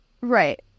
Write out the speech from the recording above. right